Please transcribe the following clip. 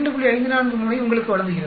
543 ஐ உங்களுக்கு வழங்குகிறது